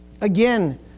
Again